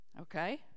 Okay